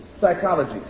psychology